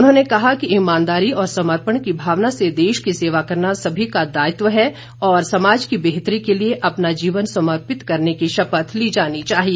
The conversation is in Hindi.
उन्होंने कहा कि ईमानदारी और समर्पण की भावना से देश की सेवा करना सभी का दायित्व है और समाज की बेहतरी के लिए अपना जीवन समर्पित करने की शपथ ली जानी चाहिए